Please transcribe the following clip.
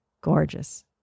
Gorgeous